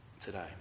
today